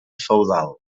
feudal